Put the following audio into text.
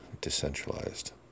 decentralized